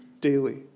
daily